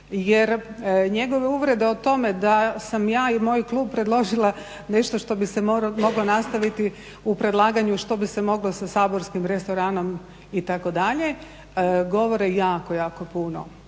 jer njegove uvrede o tome da sam ja i moj klub predložila nešto što bi se moglo nastaviti u predlaganju, što bi se moglo sa saborskim restoranom itd., govore jako, jako puno.